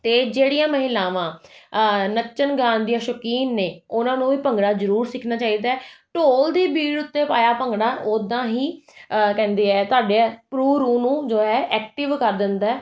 ਅਤੇ ਜਿਹੜੀਆਂ ਮਹਿਲਾਵਾਂ ਨੱਚਣ ਗਾਉਣ ਦੀਆਂ ਸ਼ੌਕੀਨ ਨੇ ਉਹਨਾਂ ਨੂੰ ਵੀ ਭੰਗੜਾ ਜ਼ਰੂਰ ਸਿੱਖਣਾ ਚਾਹੀਦਾ ਢੋਲ ਦੀ ਬੀਟ ਉੱਤੇ ਪਾਇਆ ਭੰਗੜਾ ਓਦਾਂ ਹੀ ਕਹਿੰਦੇ ਆ ਤੁਹਾਡੇ ਰੂਹ ਰੂਹ ਨੂੰ ਜੋ ਹੈ ਐਕਟਿਵ ਕਰ ਦਿੰਦਾ